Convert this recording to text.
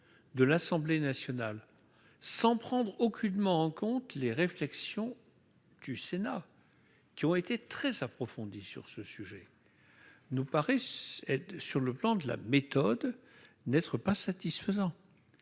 de l'Assemblée nationale sans prendre aucunement en compte les réflexions du Sénat qui ont été très approfondie sur ce sujet nous paraissent être sur le plan de la méthode n'être pas satisfaisant